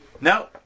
No